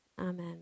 Amen